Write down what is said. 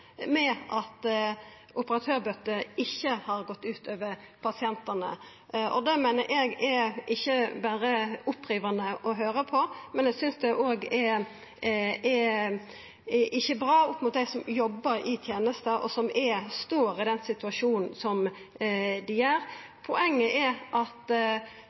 med at operatørbyttet ikkje har gått ut over pasientane. Det meiner eg ikkje berre er opprivande å høyra på, det er heller ikkje bra opp mot dei som jobbar i tenesta, og som står i den situasjonen som dei gjer. Poenget er at